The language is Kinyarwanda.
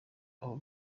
aho